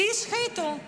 כי ישחיתו,